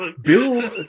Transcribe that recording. Bill